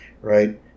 right